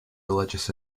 religious